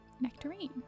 Nectarine